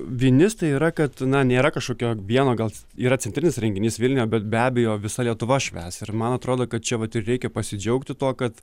vinis tai yra kad na nėra kažkokio vieno gal yra centrinis renginys vilniuje bet be abejo visa lietuva švęs ir man atrodo kad čia vat ir reikia pasidžiaugti tuo kad